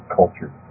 culture